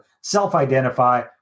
self-identify